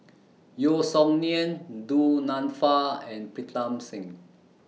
Yeo Song Nian Du Nanfa and Pritam Singh